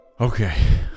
okay